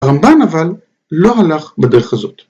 הרמבן אבל לא הלך בדרך הזאת.